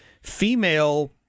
female